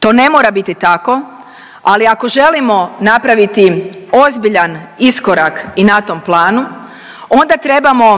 To ne mora biti tako, ali ako želimo napraviti ozbiljan iskorak i na tom planu, onda trebamo